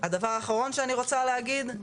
הדבר האחרון שאני רוצה להגיד,